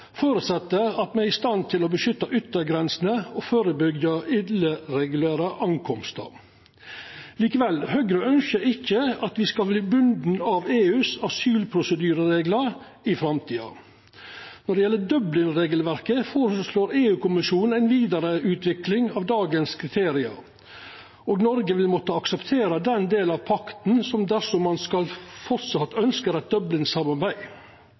at me er i stand til å beskytta yttergrensene og førebyggja at personar kjem irregulært. Likevel ønskjer Høgre ikkje at me skal vera bundne av EUs asylprosedyrereglar i framtida. Når det gjeld Dublin-regelverket, føreslår EU-kommisjonen ei vidareutvikling av dagens kriterium. Noreg vil måtta akseptera den delen av pakta dersom ein framleis ønskjer eit